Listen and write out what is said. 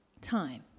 time